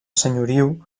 senyoriu